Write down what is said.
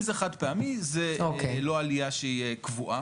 אם זה חד פעמי, זו לא עלייה שהיא קבועה.